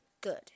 good